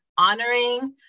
honoring